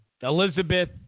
Elizabeth